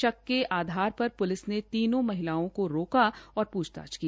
शक तक आधर पर प्लिस ने तीनों महिलाओं को रोक और पूछताछ की